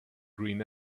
green